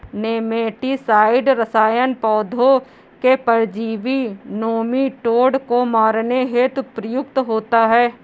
nematicide रसायन पौधों के परजीवी नोमीटोड को मारने हेतु प्रयुक्त होता है